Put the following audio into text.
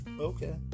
Okay